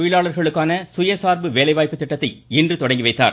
தொழிலாளர்களுக்கான சுயசார்பு வேலைவாய்ப்பு திட்டத்தை இன்று தொடங்கி வைத்தார்